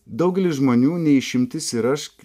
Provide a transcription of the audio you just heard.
daugelis žmonių ne išimtis ir aš